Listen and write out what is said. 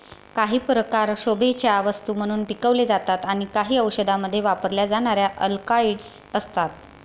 काही प्रकार शोभेच्या वस्तू म्हणून पिकवले जातात आणि काही औषधांमध्ये वापरल्या जाणाऱ्या अल्कलॉइड्स असतात